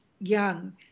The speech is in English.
young